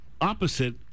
Opposite